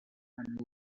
and